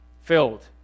filled